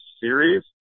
Series